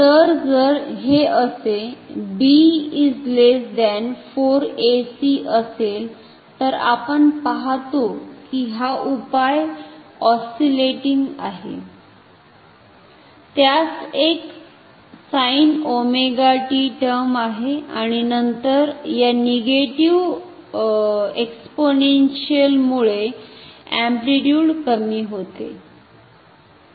तर जर हे असे b 4 ac असेल तर आपण पाह्तो की हा उपाय ऑस्सिलेटिंग आहे त्यास एक sin टर्म आहे आणि नंतर या निगेटिव्ह एक्सपोनेंशिअल मुळे अॅम्प्लिट्युड कमी होते